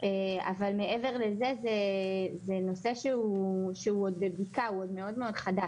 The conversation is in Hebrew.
כדי שבאמת זה גם יהיה מאושר רשמית.